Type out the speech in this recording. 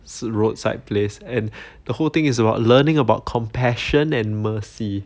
roadside place and the whole thing is about learning about compassion and mercy